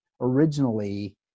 originally